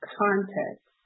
context